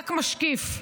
רק משקיף,